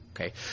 okay